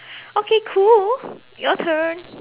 okay cool your turn